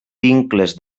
vincles